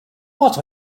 what